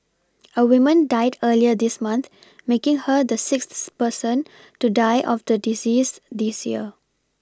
a women died earlier this month making her the sixth person to die of the disease this year